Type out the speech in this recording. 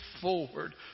forward